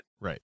Right